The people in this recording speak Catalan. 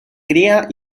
cria